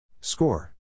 Score